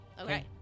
okay